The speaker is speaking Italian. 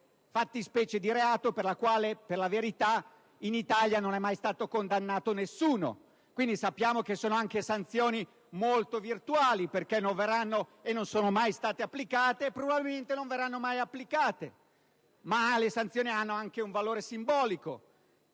fattispecie di reato per la quale, in verità, in Italia non è mai stato condannato nessuno. Quindi, sappiamo che sono anche sanzioni molto virtuali, che non sono mai state applicate e probabilmente non lo saranno mai. Ma le sanzioni hanno anche un valore simbolico.